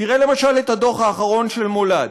תראה למשל את הדוח האחרון של מולד,